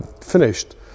finished